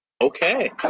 okay